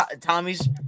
Tommy's